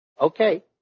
Okay